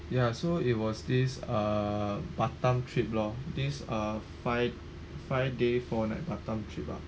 ya so it was this uh batam trip loh these uh five five day four night batam trip ah